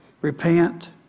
repent